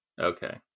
Okay